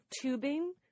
tubing